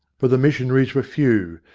but the missionaries were few,